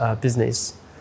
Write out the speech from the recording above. business